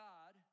God